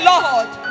Lord